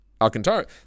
Alcantara